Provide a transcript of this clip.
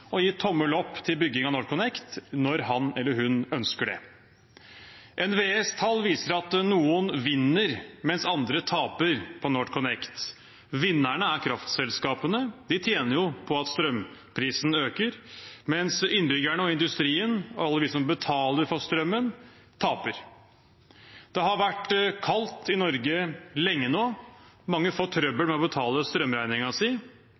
og gi tommel opp til bygging av NorthConnect når han eller hun ønsker det. NVEs tall viser at noen vinner, mens andre taper, på NorthConnect. Vinnerne er kraftselskapene. De tjener jo på at strømprisen øker, mens innbyggerne og industrien, alle vi som betaler for strømmen, taper. Det har vært kaldt i Norge lenge nå. Mange får trøbbel